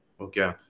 Okay